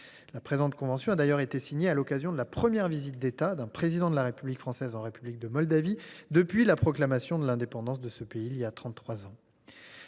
La présente convention a d’ailleurs été signée à l’occasion de la première visite d’État d’un président de la République française en République de Moldavie depuis la proclamation de l’indépendance de ce pays, il y a trente